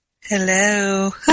hello